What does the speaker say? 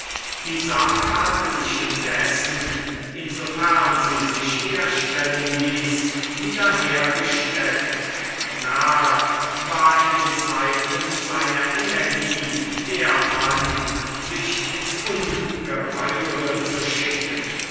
die sache hatte sich indessen insofern sie sich herstellen ließ wieder hergestellt und merck war in den zeiten seiner energie der mann sich ins ungeheure zu schicken